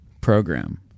program